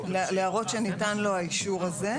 להראות שניתן לו האישור הזה.